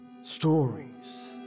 Stories